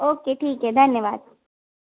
okay ठीक है धन्यवाद